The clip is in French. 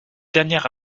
dernière